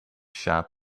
shop